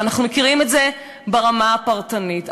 ואנחנו מכירים את זה ברמה הפרטנית.